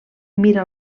mira